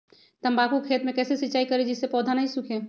तम्बाकू के खेत मे कैसे सिंचाई करें जिस से पौधा नहीं सूखे?